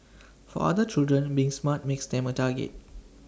for other children being smart makes them A target